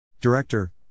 Director